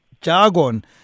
jargon